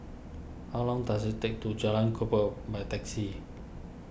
how long does it take to Jalan Kukoh by taxi